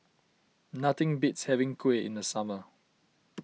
nothing beats having Kuih in the summer